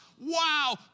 Wow